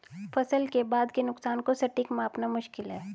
फसल के बाद के नुकसान को सटीक मापना मुश्किल है